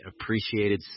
appreciated